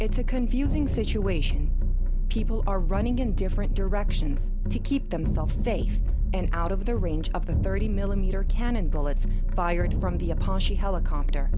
it's a confusing situation people are running in different directions to keep themselves safe and out of their range of the thirty millimeter cannon bullets fired from the